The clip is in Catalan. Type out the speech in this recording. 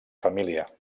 família